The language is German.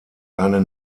eine